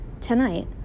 Tonight